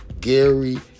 Gary